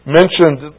mentioned